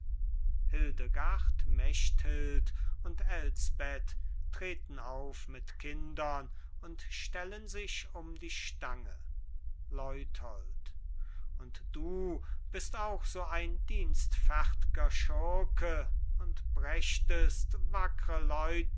hildegard mechthild und elsbeth treten auf mit kindern und stellen sich um die stange leuthold und du bist auch so ein dienstfert'ger schurke und brächtest wackre